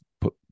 put